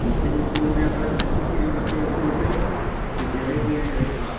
मथे जे सूर में अगरि आहे ॾिसी सघे जो मथे जो सूर अथईं त जलेबी ऐं ॾही खां